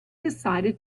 decided